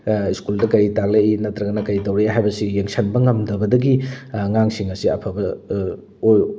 ꯁ꯭ꯀꯨꯜꯗ ꯀꯔꯤ ꯇꯥꯛꯂꯛꯏ ꯅꯠꯇ꯭ꯔꯒꯅ ꯀꯔꯤ ꯇꯧꯔꯛꯏ ꯍꯥꯏꯕꯁꯤ ꯌꯦꯡꯁꯟꯕ ꯉꯝꯗꯕꯗꯒꯤ ꯑꯉꯥꯡꯁꯤꯡ ꯑꯁꯦ ꯑꯐꯕ